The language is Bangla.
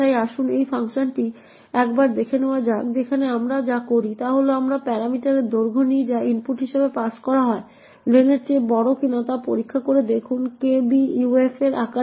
তাই আসুন এই ফাংশনটি একবার দেখে নেওয়া যাক যেখানে আমরা যা করি তা হল আমরা প্যারামিটারের parameter দৈর্ঘ্য নিই যা ইনপুট হিসাবে পাস করা হয় লেন এর চেয়ে বড় কিনা তা পরীক্ষা করে দেখুন kbuf এর আকার